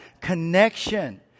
connection